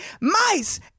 mice